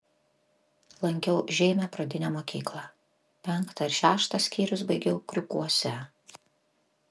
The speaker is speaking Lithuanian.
lankiau žeimio pradinę mokyklą penktą ir šeštą skyrius baigiau kriūkuose